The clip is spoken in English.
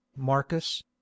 marcus